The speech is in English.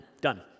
done